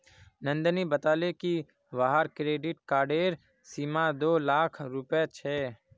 नंदनी बताले कि वहार क्रेडिट कार्डेर सीमा दो लाख रुपए छे